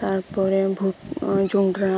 ᱛᱟᱨᱯᱚᱨᱮ ᱵᱷᱩᱴ ᱡᱚᱸᱰᱨᱟ